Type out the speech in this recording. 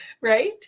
right